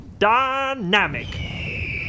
Dynamic